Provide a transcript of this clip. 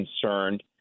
concerned